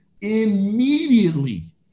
immediately